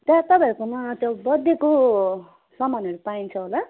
त्यहाँ तपाईँहरूकोमा त्यो बर्थडेको सामानहरू पाइन्छ होला